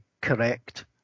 correct